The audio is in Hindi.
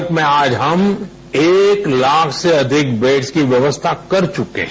भारत में आज हम एक लाख से अधिक बैड्स की व्यवस्था कर चुके हैं